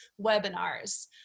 webinars